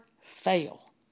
fail